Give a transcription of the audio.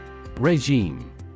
Regime